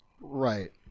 Right